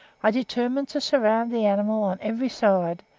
i determined to surround the animal on every side,